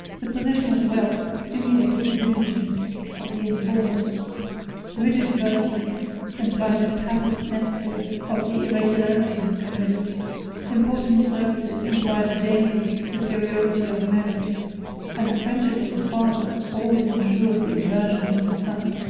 the possession of wealth stimulated the diligence of the informers rigid virtue implied a tacit censure of the irregularities of commodus important services implied a dangerous superiority of merit and the friendship of the father always insured the aversion of the son.